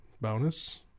Bonus